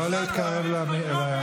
לא להתקרב לדוכן.